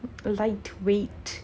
lightweight